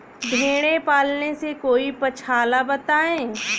भेड़े पालने से कोई पक्षाला बताएं?